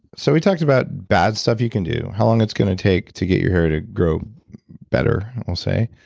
so we talked about bad stuff you can do, how long it's going to take to get your hair to grow better, i'll say.